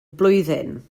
blwyddyn